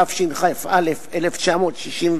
התשכ"א 1961,